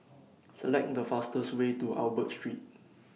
Select The fastest Way to Albert Street